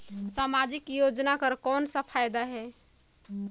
समाजिक योजना कर कौन का फायदा है?